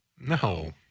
No